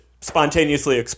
spontaneously